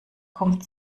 kommt